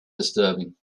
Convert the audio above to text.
disturbing